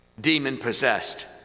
demon-possessed